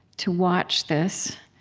to watch this.